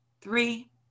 three